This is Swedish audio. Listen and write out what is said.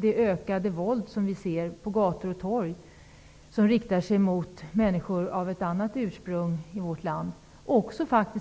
Det ökade våldet som vi ser på gator och torg, som riktar sig mot människor av annat ursprung i vårt land,